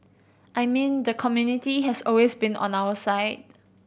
I mean the community has always been on our side